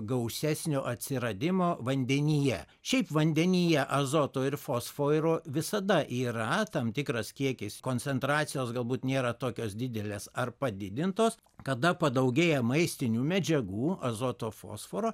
gausesnio atsiradimo vandenyje šiaip vandenyje azoto ir fosfoiro visada yra tam tikras kiekis koncentracijos galbūt nėra tokios didelės ar padidintos kada padaugėja maistinių medžiagų azoto fosforo